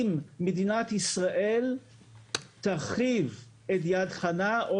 אם מדינת ישראל תרחיב את יד חנה או